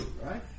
right